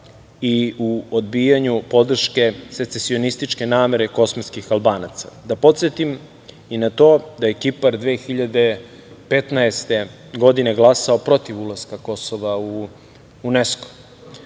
i u odbijanju podrške secesionističke namere kosovskih Albanaca. Da podsetim i na to da je Kipar 2015. godine glasao protiv ulaska Kosova u